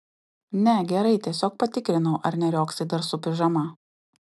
ne gerai tiesiog patikrinau ar neriogsai dar su pižama